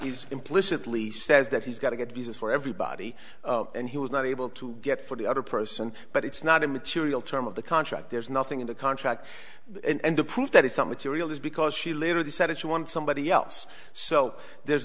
is implicitly says that he's got to get visas for everybody and he was not able to get for the other person but it's not in material terms of the contract there's nothing in the contract and the proof that it's some material is because she later decided she wanted somebody else so there's